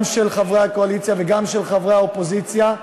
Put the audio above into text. גם של חברי הקואליציה וגם של חברי האופוזיציה,